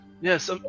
yes